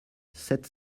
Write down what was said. sept